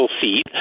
seat